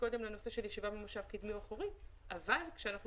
קודם לנושא של ישיבה במושב קדמי או אחורי אבל כאשר אנחנו